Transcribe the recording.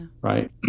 right